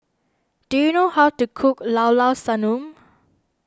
do you know how to cook Llao Llao Sanum